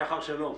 שחר שלום.